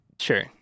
Sure